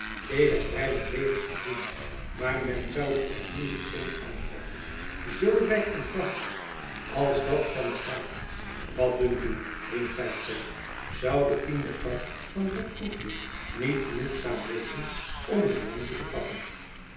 ik heb vrij wat legers gezien maar men zoude er moeilijk een aantreffen zoo rijk en prachtig als dat van den graaf wat dunkt u vriend feiko zou de tiendepart van dat troepje niet genoegzaam wezen om uw landje in te pakken